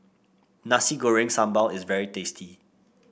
Nasi Goreng Sambal is very tasty